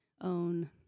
own